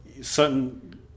certain